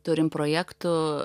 turim projektų